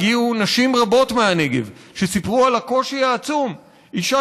הגיעו נשים רבות מהנגב וסיפרו על הקושי העצום: אישה